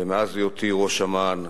ומאז היותי ראש אמ"ן,